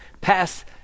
pass